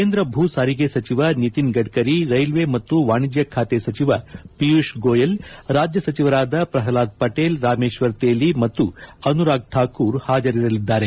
ಕೇಂದ್ರ ಭೂ ಸಾರಿಗೆ ಸಚಿವ ನಿತಿನ್ ಗಢ್ಕರಿ ರೈಲ್ವೆ ಮತ್ತು ವಾಣಿಜ್ಯ ಖಾತೆ ಸಚಿವ ಪಿಯೂಷ್ ಗೋಯಲ್ ರಾಜ್ಯ ಸಚಿವರಾದ ಪ್ರಹ್ಲಾದ್ ಪಟೇಲ್ ರಾಮೇಶ್ವರ್ ತೇಲಿ ಮತ್ತು ಅನುರಾಗ್ ಠಾಕೂರ್ ಹಾಜರಿರಲಿದ್ದಾರೆ